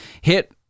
Hit